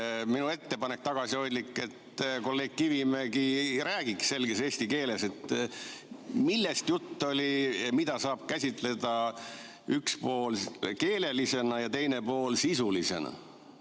ettepanek on, et kolleeg Kivimägi räägiks selges eesti keeles, millest jutt oli, mida saab käsitleda üks pool keelelisena ja teine pool sisulisena.